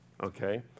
okay